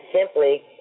simply